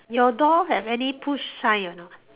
your door have any push sign or not